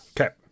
Okay